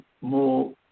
more